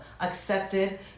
accepted